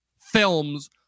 films